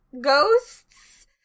ghosts